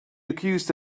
accused